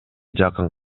жакын